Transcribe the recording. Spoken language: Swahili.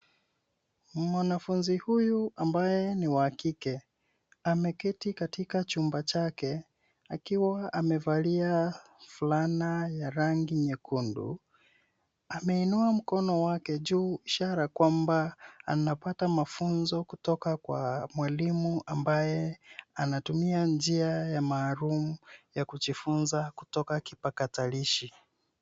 Mwanafunzi huyu ambaye ni wa kike ameketi katika chumba chake akiwa amevalia fulana ya rangi nyekundu ameinua mkono wake juu ishara kwamba anapata mafunzo kutoka kwa mwalimu ambaye anatumia njia ya maalum ya kujifunza kutoka kipakatalishi.